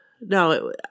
No